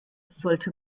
sollte